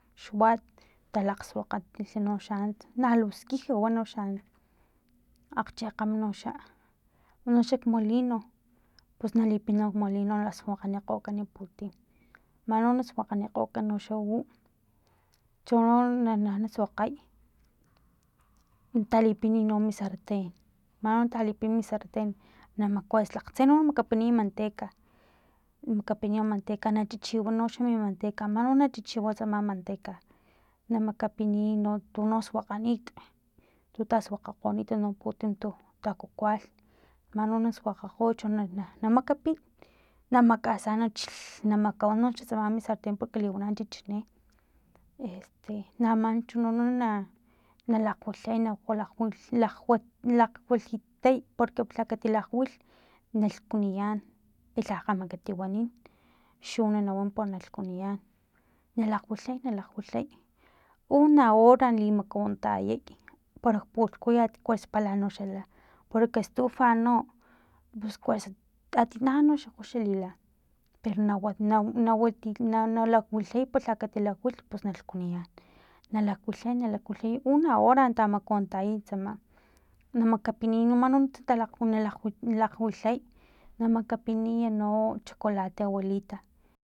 Xwat talakgsuakgano xa ants luskija no xa ants akgchekgam no xa uno xak molino pus nalipina nok molino nasukganikgokan putim mani no na suakganikgokan uxau cho no na nasuakgay na talipina no mi sarten mani no na talipina mi serten na kuesa tlaktse na makapiniy manteca na makapiniya manteca chichi no lha min manteca mani no na chichiwan tsama mi manteca na makapiniy no tuno suakganit tu tasuakgakgonit putin tu kaku kalh manino na suakgakgoy na makapin na makasanan chilh na makawan no tsama mi sarten porque liwana chichini este namancho no na lakwilhay na lakgwilhitey para lha ka ti lakgwilht na lhkuniyan i lha kgama kati wanin xuna nawan na lkuniyan nalakgwalhay nalakgwilhay una hora nali makawantayay parak pulhkuyat cues pala noxa la poro kastufa pus kuesa atina kuesa kgoxanoxa lila pero nawan nawa nana lakwalhay pala katilakwilh pus na lhkuniyan nalakwilhay nalakwilhay una hora natamakawantayay na makapiniy mani no nunt nalakwil nalakwi nalakwilhat na makapiniy no chocolate abuelita.